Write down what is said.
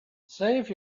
save